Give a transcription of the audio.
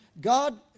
God